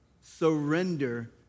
surrender